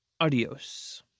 adios